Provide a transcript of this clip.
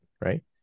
right